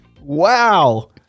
wow